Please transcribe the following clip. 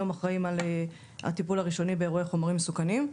היום אחראיים על הטיפול הראשוני באירועי חומרים מסוכנים.